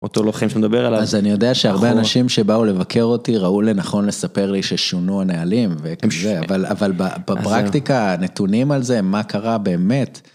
אותו לוחם שמדבר עליו. אז אני יודע שהרבה אנשים שבאו לבקר אותי ראו לנכון לספר לי ששונו הנהלים, אבל בפרקטיקה הנתונים על זה מה קרה באמת.